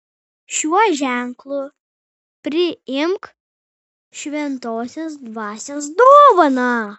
šiuo ženklu priimk šventosios dvasios dovaną